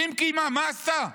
ואם היא קיימה, מה היא עשתה?